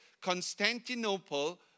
Constantinople